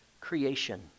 creation